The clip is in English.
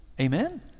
Amen